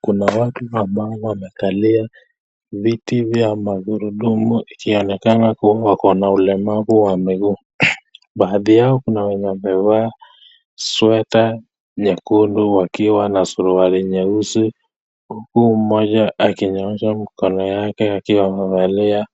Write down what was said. Kuna watu ambao wamekalie viti vya magurudumu ikionekana kuwa kuna ulemavu wa miguu. Baadhi yao kuna wenye wamevaa sweta nyekundu wakiwa na suruali nyeusi huku mmoja akinyoosha mkono wake akiwa amevalia